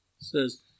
says